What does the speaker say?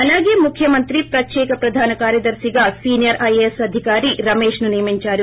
అలాగే ముక్కమంత్రి ప్రత్యేక ప్రధాన కార్యదర్తిగా సీనియర్ ఐఏఎస్ అధికారి పీవీ రమేశ్ను నియమించారు